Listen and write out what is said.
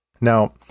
Now